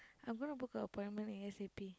I'm gonna book appointment A_S_A_P